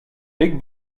big